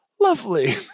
lovely